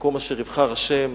המקום אשר יבחר ה'.